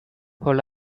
hold